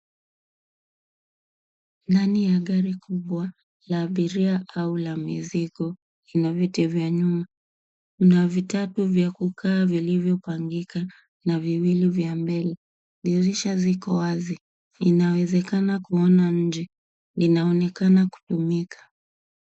Ndani ya gari kubwa ya abiria au la mizigo lina viti vya nyuma. Kuna vitatu vya kukaa vilivyopangika na viwili vya mbele. Dirisha ziko wazi, inawezekana kuona nje. Linaonekana kutumika.